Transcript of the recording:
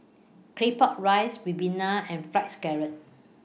Claypot Rice Ribena and Fried Scallop